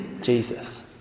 Jesus